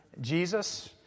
Jesus